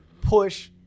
push